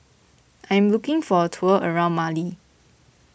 I am looking for a tour around Mali